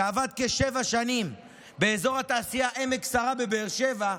שעבד כשבע שנים באזור התעשייה עמק שרה בבאר שבע,